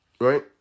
right